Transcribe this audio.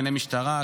ענייני משטרה,